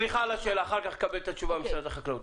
נקבל תשובה ממשרד החקלאות.